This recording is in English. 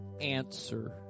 answer